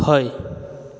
हय